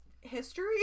history